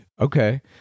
Okay